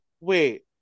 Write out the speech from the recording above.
wait